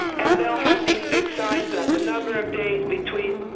and they'll have these big signs up, the number of days between